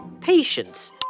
Patience